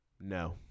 No